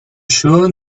sure